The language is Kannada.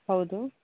ಹೌದು